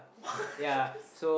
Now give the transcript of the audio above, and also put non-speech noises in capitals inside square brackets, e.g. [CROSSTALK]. what [LAUGHS]